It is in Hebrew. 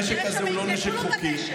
הנשק הזה הוא לא נשק חוקי.